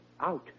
Out